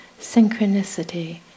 synchronicity